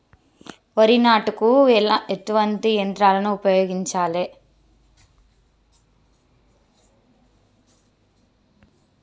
వరి నాటుకు ఎటువంటి యంత్రాలను ఉపయోగించాలే?